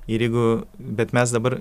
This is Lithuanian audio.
ir jeigu bet mes dabar